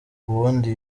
uwundi